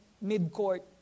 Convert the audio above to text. mid-court